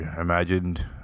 imagined